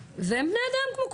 והם בני אדם כמו כולם.